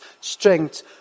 strength